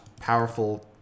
powerful